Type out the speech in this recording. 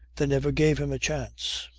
they never gave him a chance.